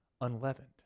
unleavened